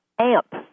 amp